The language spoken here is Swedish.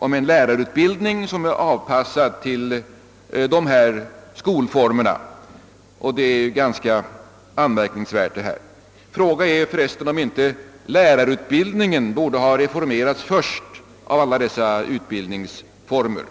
om en lärarutbildning som är anpassad till dessa skolformer, och det är ju ganska anmärkningsvärt. Frågan är om inte lärarutbildningen borde ha reformerats först av alla dessa utbildningsformer.